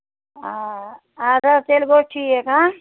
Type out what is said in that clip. آ اَدٕ حظ تیٚلہِ گوٚو ٹھیٖک ہاں